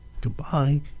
Goodbye